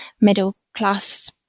middle-class